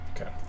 Okay